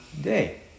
day